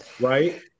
right